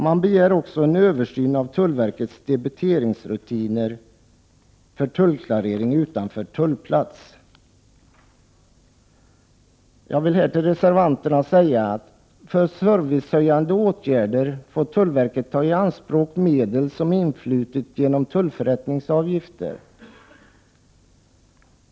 Man begär också en översyn av tullverkets debiteringsrutiner för tullklarering utanför tullplats. Till reservanterna vill jag säga att för servicehöjande åtgärder får tullverket ta i anspråk medel som influtit genom tullförrättningsavgifter.